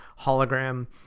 hologram